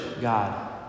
God